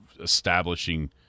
establishing –